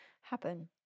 happen